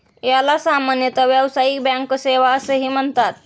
याला सामान्यतः व्यावसायिक बँक सेवा असेही म्हणतात